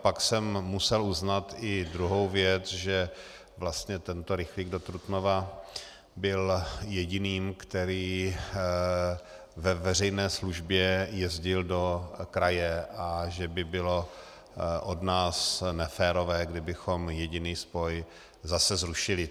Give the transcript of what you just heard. Pak jsem musel uznat i druhou věc, že vlastně tento rychlík do Trutnova byl jediným, který ve veřejné službě jezdil do kraje, a že by bylo od nás neférové, kdybychom jediný spoj zase zrušili.